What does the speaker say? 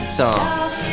songs